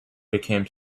became